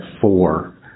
four